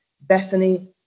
Bethany